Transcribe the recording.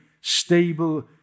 stable